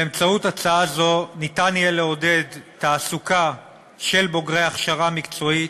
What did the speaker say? באמצעות הצעה זו ניתן יהיה לעודד תעסוקה של בוגרי הכשרה מקצועית,